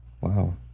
Wow